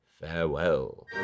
farewell